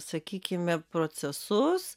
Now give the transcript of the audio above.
sakykime procesus